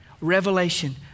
revelation